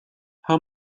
how